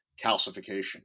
calcification